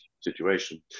situation